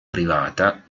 privata